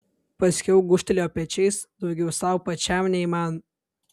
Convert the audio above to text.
paskiau gūžtelėjo pečiais daugiau sau pačiam nei man